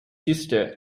sister